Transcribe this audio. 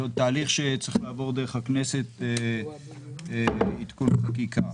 זה עוד תהליך שצריך לעבור דרך הכנסת עדכון חקיקה.